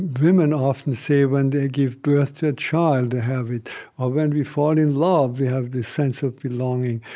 women often say, when they give birth to a child, they have it or when we fall in love, we have this sense of belonging.